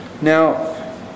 Now